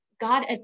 God